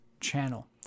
channel